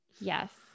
yes